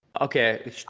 Okay